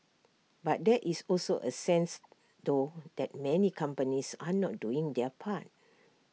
but there is also A sense though that many companies are not doing their part